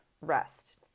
rest